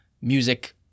music